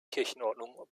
kirchenordnung